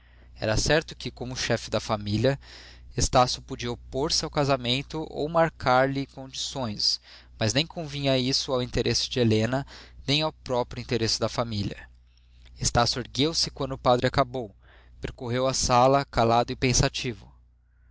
era certo que como chefe de família estácio podia opor se ao casamento ou marcar lhe condições mas nem convinha isso ao interesse de helena nem ao próprio interesse da família estácio ergueu-se quando o padre acabou percorreu a sala calado e pensativo